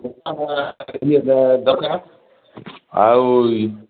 ଦରକାର ଆଉ